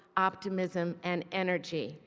optimism and energy.